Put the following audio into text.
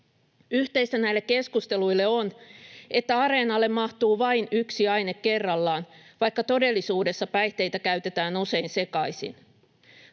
Yhteistä näille keskusteluille on, että areenalle mahtuu vain yksi aine kerrallaan, vaikka todellisuudessa päihteitä käytetään usein sekaisin.